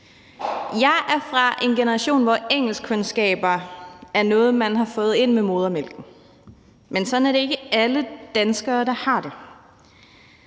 Jeg er fra en generation, hvor engelskkundskaber er noget, man har fået ind med modermælken, men sådan er det ikke alle danskere der har det.